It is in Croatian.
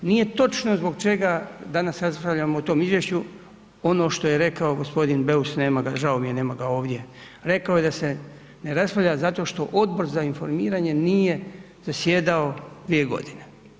Nije točno zbog čega danas raspravljamo o tom izvješću, ono što je rekao g. Beus, žao mi je, nema ga ovdje, rekao je da se ne raspravlja zato što Odbor za informiranje nije zasjedao 2 godine.